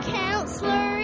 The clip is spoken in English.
counselor